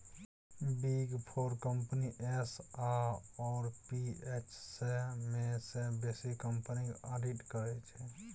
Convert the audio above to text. big four company S आओर P पाँच सय मे सँ बेसी कंपनीक आडिट करै छै